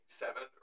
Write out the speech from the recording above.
seven